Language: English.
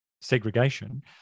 segregation